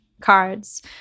cards